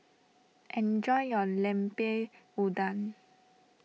enjoy your Lemper Udang